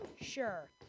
Sure